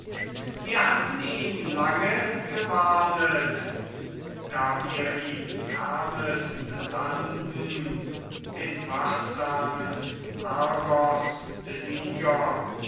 wir hatten ihn lange gewarnet da wir ihm hermes sandten den wachsamen argosbesieger